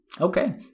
okay